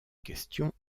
question